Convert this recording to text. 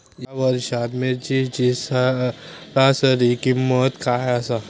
या वर्षात मिरचीची सरासरी किंमत काय आसा?